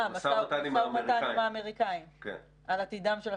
משא ומתן עם האמריקנים על עתידם של הפלסטינים.